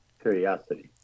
curiosity